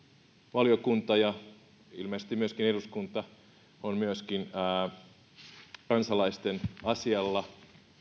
valiokunta ja ilmeisesti myöskin eduskunta ovat kansalaisten asialla